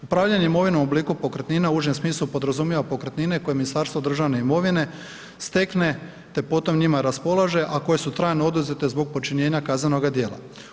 Upravljanje imovinom u obliku pokretnina u užem smislu podrazumijeva pokretnine koje Ministarstvo državne imovine stekne te potom njima raspolaže a koje su trajno oduzete zbog počinjenja kaznenoga djela.